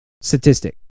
statistic